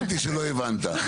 הבנתי שלא הבנת.